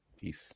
Peace